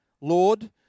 Lord